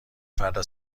فردا